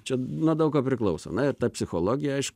čia nuo daug ko priklauso na ir ta psichologija aišku